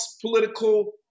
political